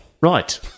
Right